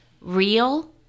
real